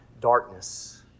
darkness